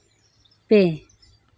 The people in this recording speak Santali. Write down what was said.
ᱯᱮ